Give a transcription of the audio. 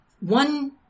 One